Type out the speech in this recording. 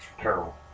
terrible